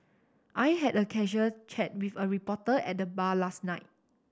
I had a casual chat with a reporter at the bar last night